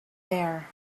there